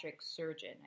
surgeon